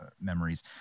memories